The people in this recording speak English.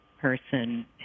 person